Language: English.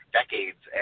decades